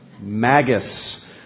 magus